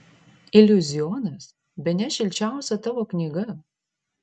iliuzionas bene šilčiausia tavo knyga